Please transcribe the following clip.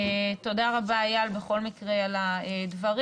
תודה רבה, אייל, בכל מקרה על הדברים.